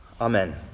Amen